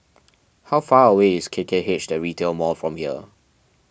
how far away is K K H the Retail Mall from here